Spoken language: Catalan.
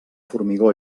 formigó